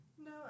No